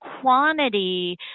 quantity